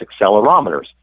accelerometers